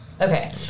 Okay